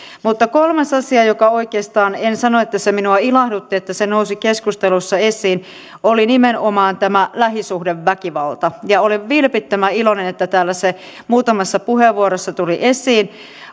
kolmas asia josta oikeastaan en sano että se minua ilahdutti että se nousi keskustelussa esiin oli nimenomaan tämä lähisuhdeväkivalta olen vilpittömän iloinen että täällä se muutamassa puheenvuorossa tuli esiin